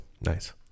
Nice